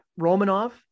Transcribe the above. Romanov